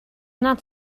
not